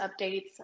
updates